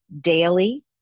daily